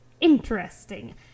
Interesting